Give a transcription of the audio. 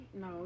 No